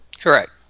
correct